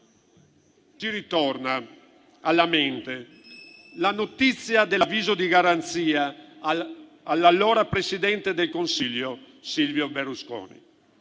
Ci torna alla mente la notizia dell'avviso di garanzia all'allora presidente del Consiglio Silvio Berlusconi